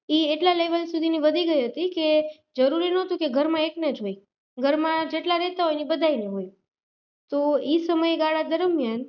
એ એટલા લેવલ સુધીની વધી ગઈ હતી કે જરૂરી નહોતું કે ઘરમાં એક ને જ હોય ઘરમાં જેટલા રહેતા હોય એ બધાય ને હોય તો એ સમયગાળા દરમિયાન